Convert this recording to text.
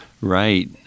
Right